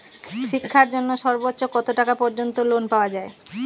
শিক্ষার জন্য সর্বোচ্চ কত টাকা পর্যন্ত লোন পাওয়া য়ায়?